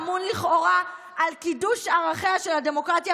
" האמון לכאורה על קידוש ערכיה של דמוקרטיה